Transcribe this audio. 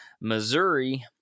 Missouri